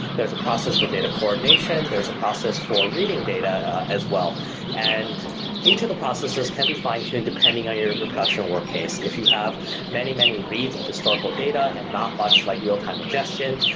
there's a process for data coordination, there's a process for reading data as well and each of the processes can be fine-tuned depending on your production work case. if you have many, many reads of historical data and not much like real-time ingestion,